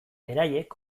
beraiek